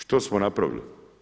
Što smo napravili?